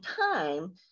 time